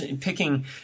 picking